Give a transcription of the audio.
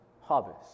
harvest